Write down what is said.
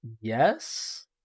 yes